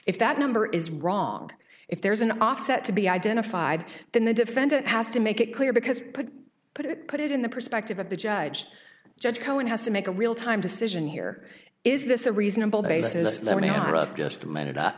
if that number is wrong if there is an offset to be identified then the defendant has to make it clear because put put it put it in the perspective of the judge judge cohen has to make a real time decision here is this a reasonable basis moment of just a minute i